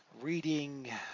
reading